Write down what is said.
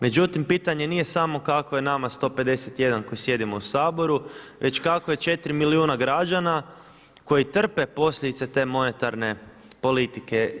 Međutim, pitanje nije samo kako je nama 151 koji sjedimo u Saboru, već kako je 4 milijuna građana koji trpe posljedice te monetarne politike.